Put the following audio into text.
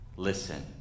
Listen